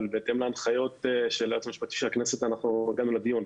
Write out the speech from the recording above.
אבל בהתאם להנחיות של היועץ המשפטי של הכנסת הגענו לדיון.